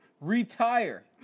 retire